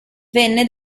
venne